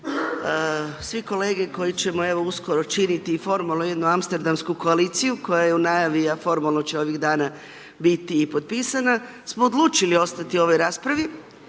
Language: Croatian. svi kolege koji ćemo evo uskoro činiti i formalno jednu amsterdamsku koaliciju koja je u najavi a formalno će ovih dana biti i potpisana smo odlučili ostati u ovoj raspravi,